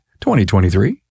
2023